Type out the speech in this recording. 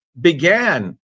began